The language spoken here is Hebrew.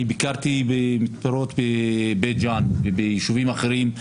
אני ביקרתי במתפרות בבית ג'אן וביישובים אחרים,